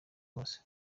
hose